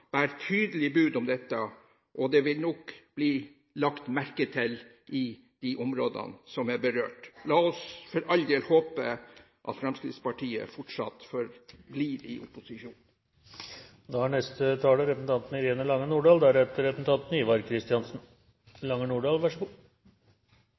bærer tydelig bud om dette, og det vil nok bli lagt merke til i de områdene som er berørt. La oss for all del håpe at Fremskrittspartiet fortsatt forblir i opposisjon. Dette er